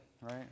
right